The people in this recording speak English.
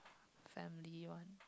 family one